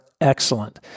excellent